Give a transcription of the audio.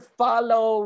follow